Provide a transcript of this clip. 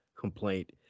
complaint